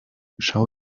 schau